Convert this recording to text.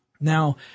Now